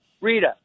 Rita